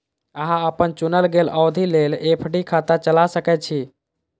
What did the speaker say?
अहां अपन चुनल गेल अवधि लेल एफ.डी खाता चला सकै छी